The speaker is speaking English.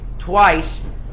Twice